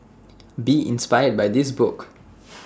be inspired by this book